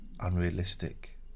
unrealistic